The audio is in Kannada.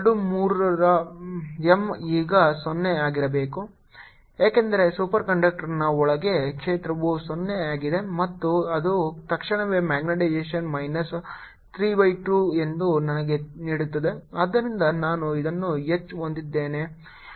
0 B0H MH M32 Bapplied0 H B ಏಕೆಂದರೆ ಸೂಪರ್ ಕಂಡಕ್ಟರ್ನ ಒಳಗೆ ಕ್ಷೇತ್ರವು 0 ಆಗಿದೆ ಮತ್ತು ಅದು ತಕ್ಷಣವೇ ಮ್ಯಾಗ್ನೆಟೈಸೇಶನ್ ಮೈನಸ್ 3 ಬೈ 2 ಎಂದು ನನಗೆ ನೀಡುತ್ತದೆ ಆದ್ದರಿಂದ ನಾನು ಇದನ್ನು H ಹೊಂದಿದ್ದೇನೆ